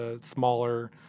smaller